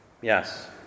Yes